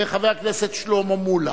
וחבר הכנסת שלמה מולה.